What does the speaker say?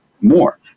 more